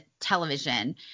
television